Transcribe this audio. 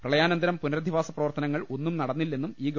പ്രളയാനന്തരം പുനരധിവാസ പ്രവർത്തനങ്ങൾ ഒന്നും നടന്നില്ലെന്നും ഈ ഗവ